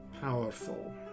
powerful